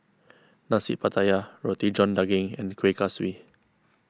Nasi Pattaya Roti John Daging and Kueh Kaswi